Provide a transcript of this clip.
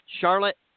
Charlotte